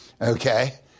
Okay